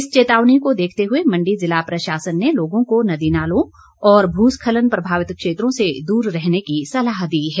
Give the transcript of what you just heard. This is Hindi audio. इस चेतावनी को देखते हुए मंडी ज़िला प्रशासन ने लोगों को नदी नालों और भूस्खलन प्रभावित क्षेत्रों से दूर रहने की सलाह दी है